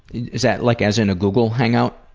is that like as in a google hangout?